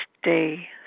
stay